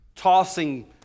tossing